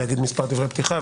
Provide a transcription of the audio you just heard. להגיד מספר דברי פתיחה,